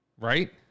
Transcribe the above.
Right